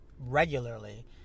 regularly